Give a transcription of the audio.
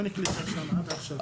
אין קליטה שם עד עכשיו.